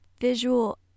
visual